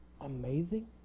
amazing